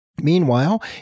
Meanwhile